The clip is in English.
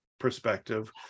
perspective